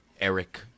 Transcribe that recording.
Eric